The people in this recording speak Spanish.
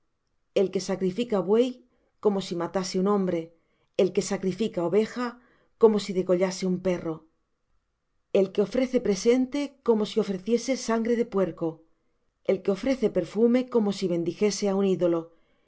el que sacrifica buey como si matase un hombre el que sacrifica oveja como si degollase un perro el que ofrece presente como si ofreciese sangre de puerco el que ofrece perfume como si bendijese á un ídolo